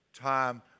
Time